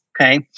Okay